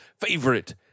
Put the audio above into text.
favorite